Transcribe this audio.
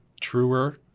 truer